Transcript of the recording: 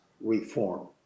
reform